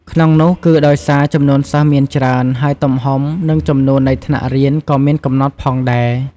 ក្នុងនោះគឺដោយសារ ចំនួនសិស្សមានច្រើន ហើយទំហំ និងចំនួននៃថ្នាក់រៀនក៏មានកំណត់ផងដែរ។